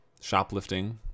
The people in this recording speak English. Shoplifting